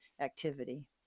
activity